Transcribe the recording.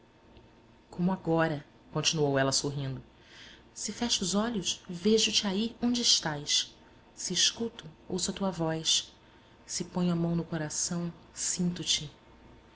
como agora continuou ela sorrindo se fecho os olhos vejo te aí onde estás se escuto ouço a tua voz se ponho a mão no coração sinto te